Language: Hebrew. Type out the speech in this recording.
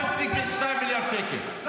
5.2 מיליארד שקלים?